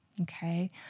okay